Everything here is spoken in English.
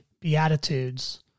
Beatitudes